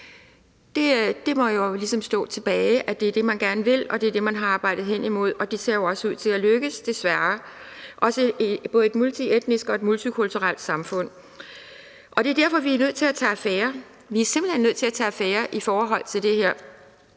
Det må ligesom stå tilbage, at det er det, man gerne vil, og at det er det, man har arbejdet hen imod, og det ser jo også ud til at lykkes, desværre, med både et multietnisk og multikulturelt samfund. Det er derfor, vi er nødt til at tage affære. Vi er simpelt hen nødt til at tage affære i forhold til det her.